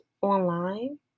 online